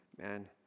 man